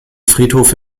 friedhof